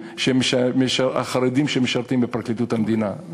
החרדים שמשרתים בפרקליטות המדינה.